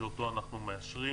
שאותן אנחנו מאשרים